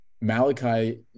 Malachi